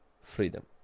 freedom